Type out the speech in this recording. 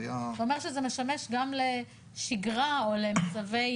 אתה אומר שזה משמש גם לשגרה או למצבי